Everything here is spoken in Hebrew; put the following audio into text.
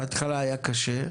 בהתחלה היה קשה,